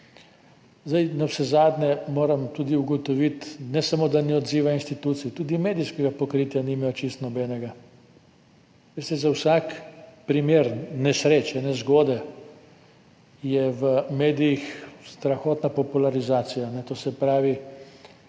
Navsezadnje tudi ugotovimo ne samo to, da ni odziva institucij, tudi medijskega pokritja nimajo čisto nobenega. Za vsak primer nesreče, nezgode je v medijih strahotna popularizacija, to se pravi,